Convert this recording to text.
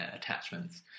attachments